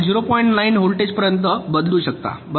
9 volt पर्यंत बदलू शकता बरोबर